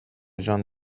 جان